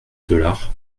dollar